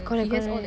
correct correct